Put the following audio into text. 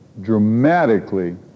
dramatically